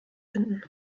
finden